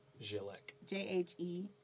J-H-E